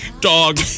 Dog